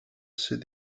sydd